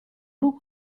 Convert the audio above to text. book